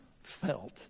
felt